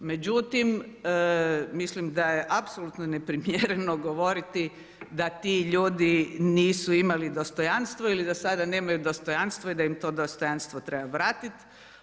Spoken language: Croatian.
Međutim mislim da je apsolutno neprimjereno govoriti da ti ljudi nisu imali dostojanstvo ili da sada nemaju dostojanstva i da im to dostojanstvo treba vratiti.